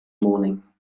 morning